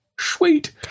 Sweet